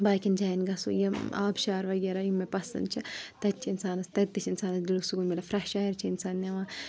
باقیَن جایَن گَژھو یِم آب شار وغیرہ یِم مےٚ پَسنٛد چھِ تَتہِ چھِ اِنسانَس تَتہِ تہِ چھِ اِنسانَس دِلُک سکوٗن مِلان فرٛیٚش اَیر چھ اِنسان نِوان